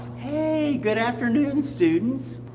hey, good afternoon students.